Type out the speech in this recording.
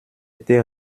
été